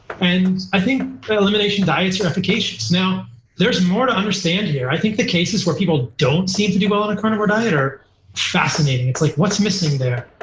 i think that elimination diets are efficacious. now there's more to understand here. i think the cases where people don't seem to do well on a carnivore diet are fascinating. it's like what's missing there?